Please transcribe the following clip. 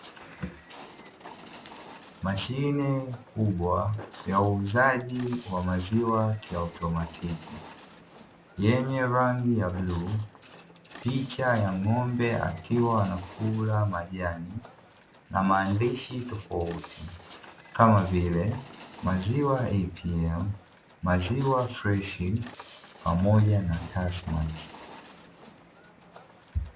Mashine kubwa ya uuzaji wa maziwa kiautomatiki yenye rangi ya bluu, picha ya ngombe akiwa anakula majani , na maandishi tofauti kama vile maziwa ATM, maziwa freshi pamoja na taskmati.